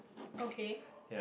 okay